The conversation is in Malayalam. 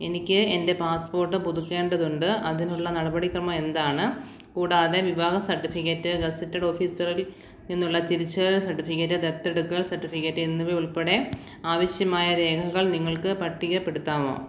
എനിക്ക് എൻ്റെ പാസ്പോർട്ട് പുതുക്കേണ്ടതുണ്ട് അതിനുള്ള നടപടി ക്രമം എന്താണ് കൂടാതെ വിവാഹ സർട്ടിഫിക്കറ്റ് ഗസറ്റഡ് ഓഫീസറിൽ നിന്നുള്ള തിരിച്ചറിയൽ സർട്ടിഫിക്കറ്റ് ദത്തെടുക്കൽ സർട്ടിഫിക്കറ്റ് എന്നിവ ഉൾപ്പെടെ ആവശ്യമായ രേഖകൾ നിങ്ങൾക്ക് പട്ടികപ്പെടുത്താമോ